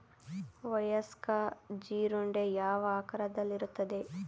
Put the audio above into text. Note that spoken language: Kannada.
ವಯಸ್ಕ ಜೀರುಂಡೆ ಯಾವ ಆಕಾರದಲ್ಲಿರುತ್ತದೆ?